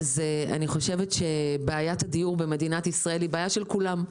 אני חושבת שבעיית הדיור במדינת ישראל היא בעיה של כולם,